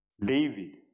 David